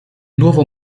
nuovo